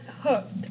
hooked